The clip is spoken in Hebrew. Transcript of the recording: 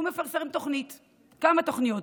הוא מפרסם כמה תוכניות.